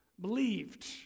believed